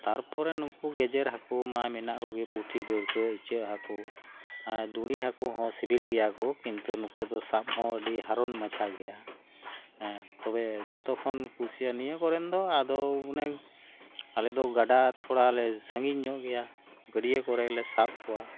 ᱛᱟᱨᱯᱚᱨᱮ ᱱᱩᱠᱩ ᱜᱮᱡᱮᱨ ᱦᱟᱹᱠᱩ ᱢᱟ ᱢᱮᱱᱟᱜ ᱠᱚᱜᱮ ᱯᱩᱴᱷᱤ ᱰᱟᱹᱲᱠᱟᱹ ᱤᱪᱟᱹᱜ ᱟ ᱫᱩᱲᱤ ᱦᱟᱹᱠᱩ ᱦᱚᱸ ᱥᱤᱵᱤᱞ ᱜᱮᱭᱟ ᱠᱚ ᱠᱤᱱᱛᱩ ᱱᱩᱠᱩ ᱫᱚ ᱥᱟᱵ ᱦᱚᱸ ᱟᱹᱰᱤ ᱦᱟᱨᱚᱢ ᱢᱟᱷᱟ ᱜᱮᱭᱟ ᱛᱚᱵᱮ ᱡᱚᱛᱚ ᱠᱷᱚᱱ ᱠᱩᱥᱤᱭᱟ ᱱᱤᱭᱟᱹ ᱠᱚᱨᱮᱱ ᱫᱚ ᱟᱫᱚ ᱚᱱᱮ ᱟᱞᱮᱫᱚ ᱜᱟᱰᱟ ᱛᱷᱚᱲᱟ ᱞᱮ ᱥᱟᱹᱜᱤᱧ ᱧᱜᱚ ᱜᱮᱭᱟ ᱜᱟᱹᱰᱭᱟᱹ ᱠᱚᱨᱮ ᱜᱮᱞᱮ ᱥᱟᱵ ᱠᱚᱣᱟ